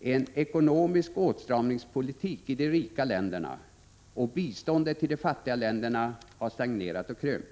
en ekonomisk åtstramningspolitik i de rika länderna, och biståndet till de fattiga länderna har stagnerat och krympt.